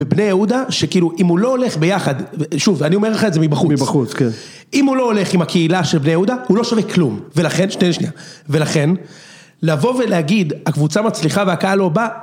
בני יהודה שכאילו אם הוא לא הולך ביחד שוב אני אומר לך את זה מבחוץ אם הוא לא הולך עם הקהילה של בני יהודה הוא לא שווה כלום ולכן שניה ולכן לבוא ולהגיד הקבוצה מצליחה והקהל לא בא